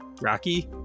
Rocky